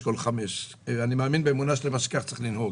אני מאמין בצורה שלמה שכך צריך לנהוג